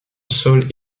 sol